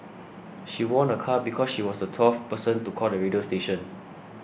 she won a car because she was the twelfth person to call the radio station